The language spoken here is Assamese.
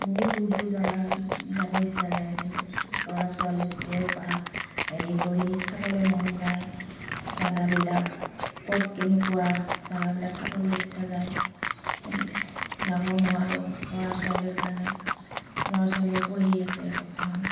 বহুত দূৰ দূৰ জেগা যাব ইচ্ছা যায় কিন্তু ল'ৰা ছোৱালীক লৈ বা হেৰি কৰি চাবলৈ মন যায় জেগাবিলাক ক'ত কেনেকুৱা জেগাবিলাক চাবলৈ ইচ্ছা যায় কিন্তু যাবও নোৱাৰোঁ ল'ৰা ছোৱালীৰ কাৰণে ল'ৰা ছোৱালীও পঢ়ি আছে বৰ্তমান